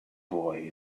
boy